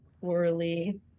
poorly